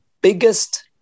biggest